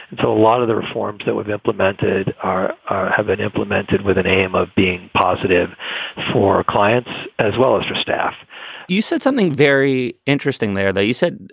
a lot of the reforms that we've implemented are have been implemented with an aim of being positive for clients as well as your staff you said something very interesting there that you said.